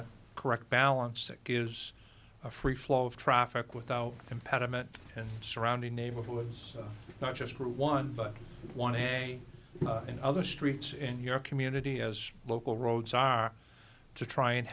the correct balance that gives a free flow of traffic without impediment and surrounding neighborhoods not just one but want to in other streets in your community as local roads are to try and